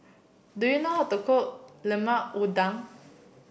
do you know how to cook Lemper Udang